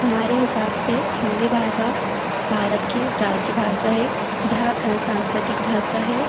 हमारे हिसाब से हिन्दी भाषा भारत की राजभाषा है यह सांस्कृतिक भाषा है